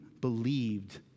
believed